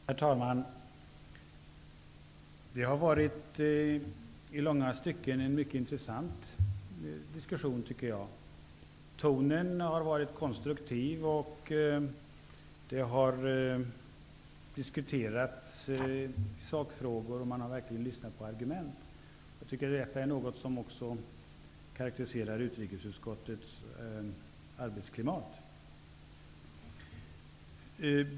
Herr talman! Det har varit en i långa stycken mycket intressant diskussion. Tonen har varit konstruktiv, det har diskuterats sakfrågor, och man har verkligen lyssnat på argument. Detta är enligt min mening något som också karakteriserar utrikesutskottets arbetsklimat.